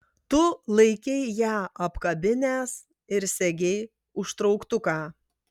tu laikei ją apkabinęs ir segei užtrauktuką